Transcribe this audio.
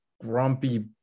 grumpy